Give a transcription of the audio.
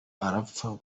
arapfa